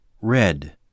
Red